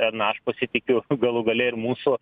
na aš pasitikiu galų gale ir mūsų